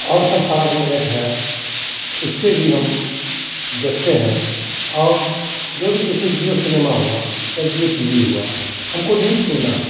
और सब सारा जो ऐप है उसपर भी हम देखते हैं और जो भी जैसे जिओ सिनेमा हुआ या जिओ टी वी हुआ हमको न्यूज सुनना है